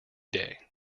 day